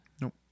Nope